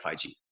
FIG